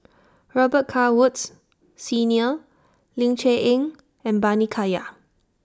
Robet Carr Woods Senior Ling Cher Eng and Bani Haykal